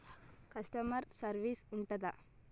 Customer service ఉంటుందా?